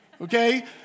Okay